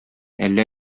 әллә